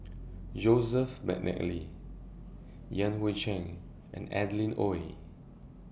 Joseph Mcnally Yan Hui Chang and Adeline Ooi